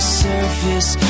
surface